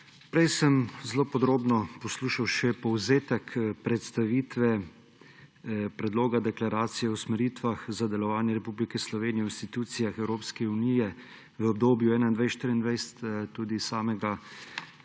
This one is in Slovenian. Prej sem zelo podrobno poslušal še povzetek predstavitve Predloga deklaracije o usmeritvah za delovanje Republike Slovenije v institucijah Evropske unije v obdobju 2021–2024 predlagatelja